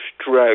stroke